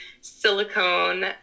silicone